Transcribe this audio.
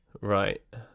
Right